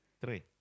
three